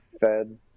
Fed